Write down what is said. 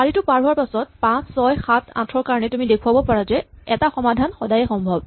চাৰিটো পাৰ হোৱাৰ পাছত ৫ ৬ ৭ ৮ ৰ কাৰণে তুমি দেখুৱাব পাৰা যে এটা সমাধান সদায়েই সম্ভৱ